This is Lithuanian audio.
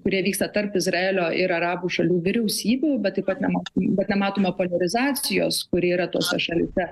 kurie vyksta tarp izraelio ir arabų šalių vyriausybių bet taip pat nema bet nematome poliarizacijos kuri yra tose šalyse